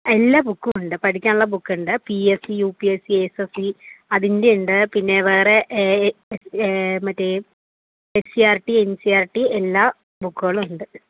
എല്ലാ ബുക്കുമുണ്ട് പഠിക്കാനുള്ള ബുക്കുണ്ട് P S C U P S C S S C അതിൻ്റെ ഉണ്ട് പിന്നെ വേറെ മറ്റേ S C R T N C R T എല്ലാ ബുക്കുകളുമുണ്ട്